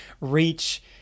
reach